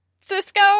Cisco